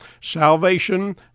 salvation